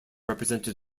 represented